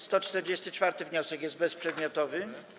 144. wniosek jest bezprzedmiotowy.